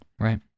Right